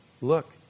Look